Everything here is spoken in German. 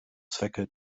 zwecke